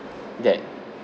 that